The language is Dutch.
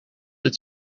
het